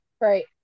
Right